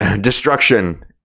destruction